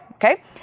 Okay